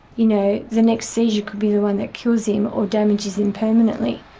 you know, the next seizure could be the one that kills him, or damages him permanently.